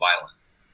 violence